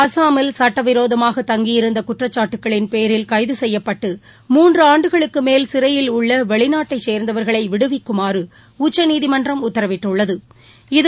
அஸ்ஸாமில் சுட்டவிரோதமாக தங்கியிருந்தகுற்றச்சாட்டுக்களின் பேரில் கைதுசெய்யப்பட்டு மூன்றுஆண்டுகளுக்குமேல் சிறையில் உள்ளவெளிநாட்டைச் சேர்ந்தவர்களைவிடுவிக்குமாறுஉச்சநீதிமன்றம் உத்தரவிட்டுள்ளது